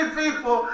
people